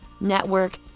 network